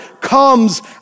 comes